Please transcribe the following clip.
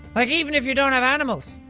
like even if you don't have animals.